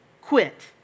quit